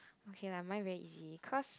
okay lah mine very easy cause